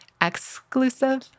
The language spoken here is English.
exclusive